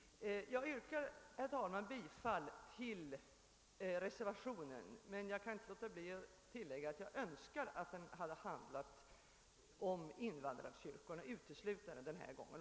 Jag yrkar, herr talman, bifall till reservationen, men jag kan inte låta bli att tillägga att jag önskar att den hade handlat uteslutande om invandrarkyrkorna också den här gången.